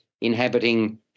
inhabiting